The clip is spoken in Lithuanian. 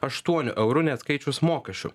aštuonių eurų neatskaičius mokesčių